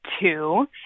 two